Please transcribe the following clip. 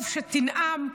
טוב שתנאם,